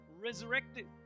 resurrected